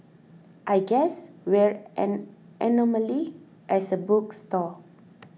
I guess we're an anomaly as a bookstore